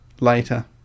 Later